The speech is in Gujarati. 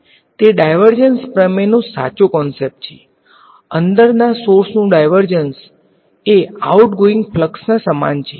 તે ડાયવર્જન્સ પ્રમેયનો સાચો કોંસેપ્ટ છે અંદરના સોર્સનુ ડાયવર્જન્સ એ આઉટગોઇંગ ફ્લક્સના સમાન છે